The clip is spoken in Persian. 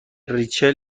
ریچل